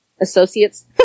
associates